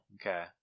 Okay